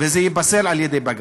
וזה ייפסל על-ידי בג"ץ.